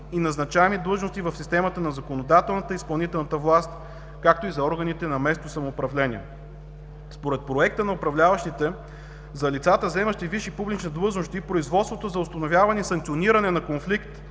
и назначаеми длъжности в системата на законодателната и изпълнителната власт, както и за органите на местно самоуправление. Според Проекта на управляващите за лицата, заемащи висши публични длъжности, производството за установяване и санкциониране на конфликт